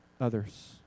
others